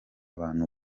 bantu